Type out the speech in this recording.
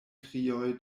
krioj